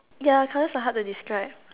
ya colours are hard to describe